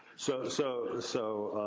so so, so,